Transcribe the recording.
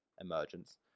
emergence